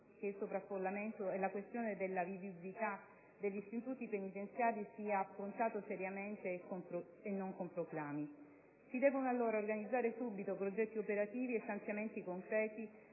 del sovraffollamento e della vivibilità degli istituti penitenziari sia affrontata seriamente e non con proclami. Si devono, allora, organizzare subito progetti operativi e stanziamenti concreti